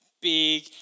big